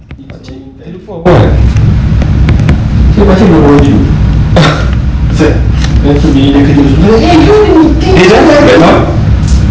it's only ten eh makcik it's like eh kau ada meeting kan